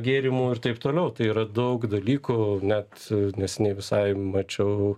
gėrimų ir taip toliau tai yra daug dalykų net neseniai visai mačiau